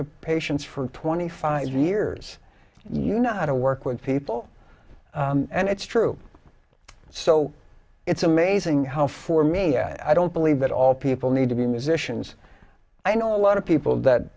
with patients for twenty five years you know how to work with people and it's true so it's amazing how for me i don't believe that all people need to be musicians i know a lot of people that